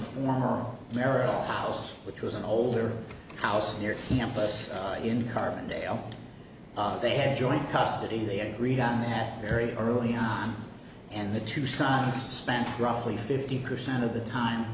former marital house which was an older house near campus in carbondale they had joint custody they agreed on that very early on and the two sons spent roughly fifty percent of the time